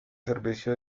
servicio